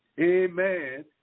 amen